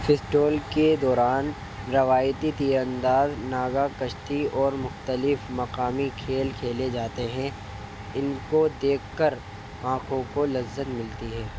festival کے دوران روایتی تیر انداز ناغا کشتی اور مختلف مقامی کھیل کھیلے جاتے ہیں ان کو دیکھ کر آنکھوں کو لذت ملتی ہے